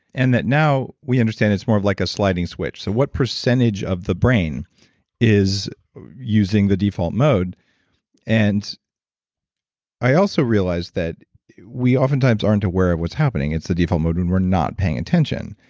and that now we understand it's more like a sliding switch. so what percentage of the brain is using the default mode and i also realized that we oftentimes aren't aware of what's happening. it's the default mode when we're not paying attention.